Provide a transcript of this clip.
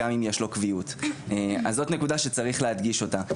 אז זאת נקודה שצריך להדגיש אותה.